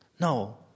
No